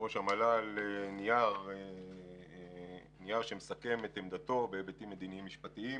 לראש המל"ל נייר שמסכם את עמדתו בהיבטים מדיניים-משפטיים,